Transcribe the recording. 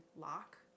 lock